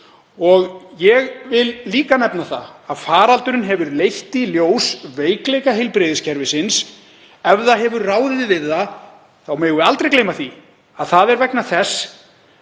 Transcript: Ég vil líka nefna það að faraldurinn hefur leitt í ljós veikleika heilbrigðiskerfisins. Ef það hefur ráðið við hann megum við aldrei gleyma því að það er vegna þess